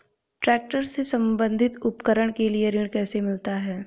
Tractor से संबंधित उपकरण के लिए ऋण कैसे मिलता है?